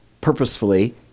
purposefully